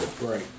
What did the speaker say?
Right